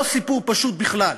לא סיפור פשוט בכלל.